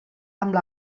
amb